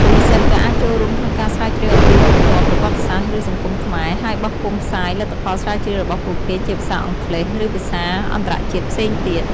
និស្សិតក៏អាចចូលរួមក្នុងការស្រាវជ្រាវអំពីវប្បធម៌ ប្រវត្តិសាស្ត្រ ឬសង្គមខ្មែរ ហើយបោះពុម្ពផ្សាយលទ្ធផលស្រាវជ្រាវរបស់ពួកគេជាភាសាអង់គ្លេស ឬភាសាអន្តរជាតិផ្សេងទៀត។